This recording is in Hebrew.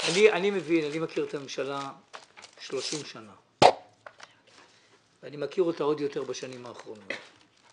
אני מכיר את הממשלה שלושים שנה ואני מכיר אותה עוד יותר בשנים האחרונות.